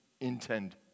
intend